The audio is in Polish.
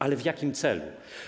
Ale w jakim celu?